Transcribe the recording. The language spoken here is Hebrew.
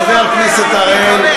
חבר הכנסת אראל,